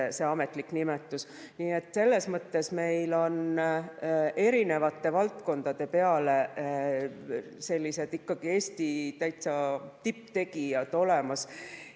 see ametlik nimetus. Nii et selles mõttes meil on erinevate valdkondade peale sellised täitsa Eesti tipptegijad olemas.